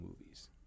movies